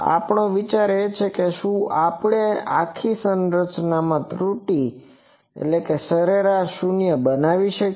આપણો વિચાર એ છે કે શું આપણે આખી સંરચનામાં આ ત્રુટીઓના સરેરાસને શૂન્ય બનાવી શકીએ